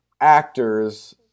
actors